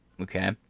Okay